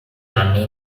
anni